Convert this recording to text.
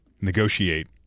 negotiate